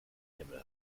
himmel